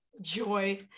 joy